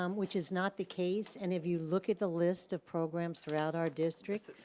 um which is not the case, and if you look at the list of programs throughout our district,